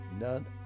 none